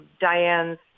Diane's